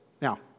Now